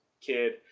kid